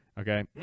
okay